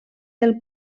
del